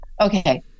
Okay